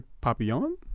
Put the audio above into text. Papillon